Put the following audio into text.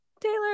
taylor